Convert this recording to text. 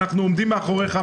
אנחנו עומדים מאחוריך,